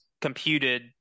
computed